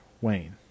Wayne